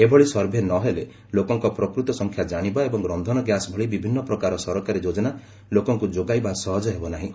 ଏଭଳି ସର୍ଭେ ନ ହେଲେ ଲୋକଙ୍କ ପ୍ରକୃତ ସଂଖ୍ୟା ଜାଣିବା ଏବଂ ରନ୍ଧନ ଗ୍ୟାସ୍ ଭଳି ବିଭିନ୍ନ ପ୍ରକାର ସରକାରୀ ଯୋଜନା ଲୋକଙ୍କୁ ଯୋଗାଇବା ସହଜ ହେବ ନାହିଁ